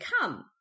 come